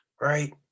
right